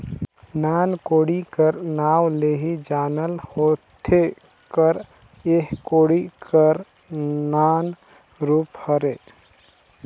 नान कोड़ी कर नाव ले ही जानल होथे कर एह कोड़ी कर नान रूप हरे